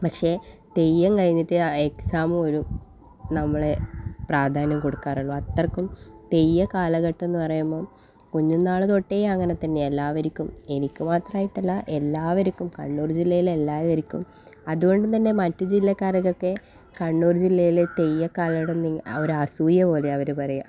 പക്ഷേ തെയ്യം കഴിഞ്ഞിട്ടേ ആ എക്സാമുപോലും നമ്മൾ പ്രാധാന്യം കൊടുക്കാറുള്ളൂ അത്രക്കും തെയ്യക്കാലഘട്ടം എന്ന് പറയുമ്പോൾ കുഞ്ഞുനാൾ തൊട്ടേ അങ്ങനെ തന്നെയാണ് എല്ലാവർക്കും എനിക്ക് മാത്രായിട്ടല്ല എല്ലാവർക്കും കണ്ണൂർ ജില്ലയിലെ എല്ലാവർക്കും അതുകൊണ്ട് തന്നെ മറ്റ് ജില്ലക്കാർക്കക്കെ കണ്ണൂർ ജില്ലയിലെ തെയ്യക്കാരോട് ഒര് അസൂയ പോലെയാണ് അവർ പറയാ